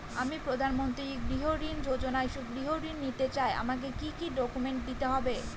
আমি প্রধানমন্ত্রী গৃহ ঋণ যোজনায় গৃহ ঋণ নিতে চাই আমাকে কি কি ডকুমেন্টস দিতে হবে?